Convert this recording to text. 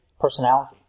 personality